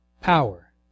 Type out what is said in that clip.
power